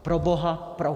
Proboha, proč?